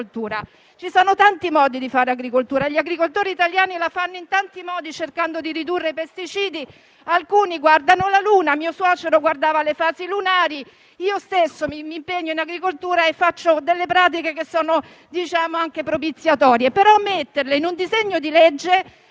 Ci sono tanti modi di fare agricoltura; gli agricoltori italiani la fanno in tanti modi cercando di ridurre i pesticidi; alcuni guardano la luna, mio suocero guardava le fasi lunari, io stessa mi impegno in agricoltura e faccio delle pratiche che sono anche propiziatorie. Tuttavia, inserirle in un disegno di legge